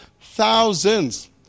thousands